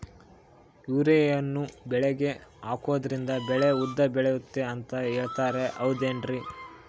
ಯೂರಿಯಾವನ್ನು ಬೆಳೆಗೆ ಹಾಕೋದ್ರಿಂದ ಬೆಳೆ ಉದ್ದ ಬೆಳೆಯುತ್ತೆ ಅಂತ ಹೇಳ್ತಾರ ಹೌದೇನ್ರಿ?